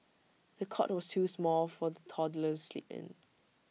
the cot was too small for the toddler to sleep in